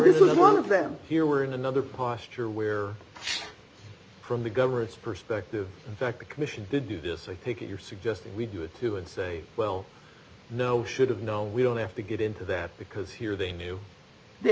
this is one of them here we're in another posture where from the government's perspective fact the commission did do this i take it you're suggesting we do it too and say well you know should have known we don't have to get into that because here they knew they